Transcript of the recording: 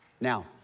Now